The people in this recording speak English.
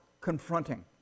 confronting